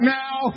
now